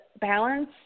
balance